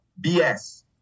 BS